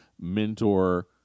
mentor